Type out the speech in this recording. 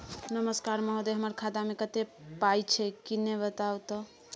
नमस्कार महोदय, हमर खाता मे कत्ते पाई छै किन्ने बताऊ त?